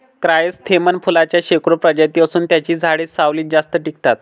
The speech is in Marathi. क्रायसॅन्थेमम फुलांच्या शेकडो प्रजाती असून त्यांची झाडे सावलीत जास्त टिकतात